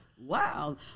Wow